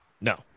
No